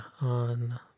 on